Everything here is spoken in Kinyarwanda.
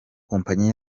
kompanyi